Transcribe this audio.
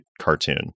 cartoon